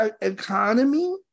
economy